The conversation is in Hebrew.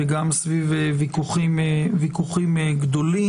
וגם סביב ויכוחים גדולים.